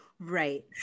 right